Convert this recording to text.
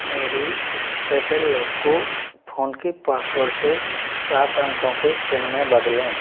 मेरे PayPal lock को phone के पासवर्ड से सात अंकों के पिन में बदलें